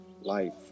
life